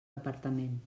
departament